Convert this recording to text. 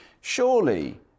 surely